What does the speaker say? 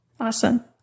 Awesome